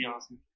awesome